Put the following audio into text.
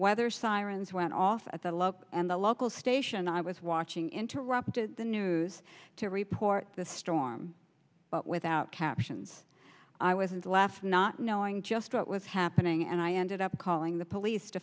weather sirens went off at the local and the local station i was watching interrupted the news to report the storm but without captions i was a laugh not knowing just what was happening and i ended up calling the police to